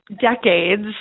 decades